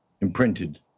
imprinted